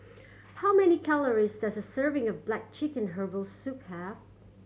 how many calories does a serving of black chicken herbal soup have